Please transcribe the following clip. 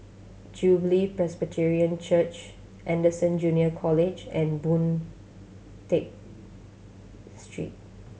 Jubilee Presbyterian Church Anderson Junior College and Boon Tat Street